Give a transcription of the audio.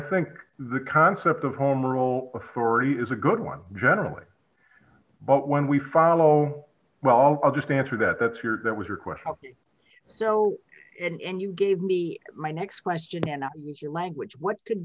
think the concept of home rule of forty is a good one generally but when we follow well i'll just answer that that's your that was your question so and you gave me my next question and your language what could